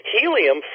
Helium